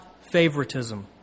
favoritism